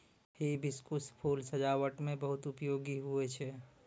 hibiscus फूल सजाबट मे बहुत उपयोगी हुवै छै